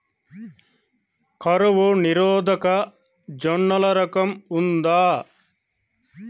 కరువు నిరోధక జొన్నల రకం ఉందా?